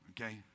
okay